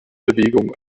bewegung